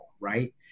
right